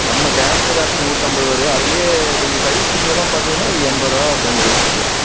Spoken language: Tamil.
நம்ம கேஷ்மீர் ஆப்பிள் நூற்றம்பது வருது அதிலே கொஞ்சம் சைஸ் சின்னதெலாம் பார்த்திங்கனா ஒரு எண்பது ரூபா தொண்ணூறு ரூபாயிக்கு கொடுக்கலாம்